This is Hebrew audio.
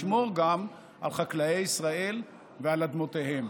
לשמור גם על חקלאי ישראל ועל אדמותיהם.